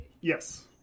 Yes